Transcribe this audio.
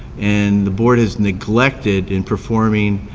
and the board has neglected in performing